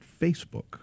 Facebook